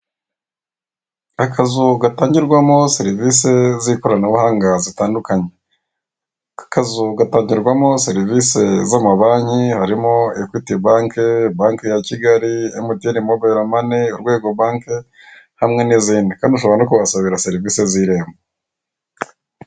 Akazu gatangirwamo serivise z'ikoranabuhanga zitandukanye, aka kazu gatangirwamo serivise z'amabanke harimo ekwiti banke, banke ya Kigali, emutiyene mobayiro mane, urwego banke hamwe n'izindi, kandi ushobora no kuhasabira serivise z'irembo.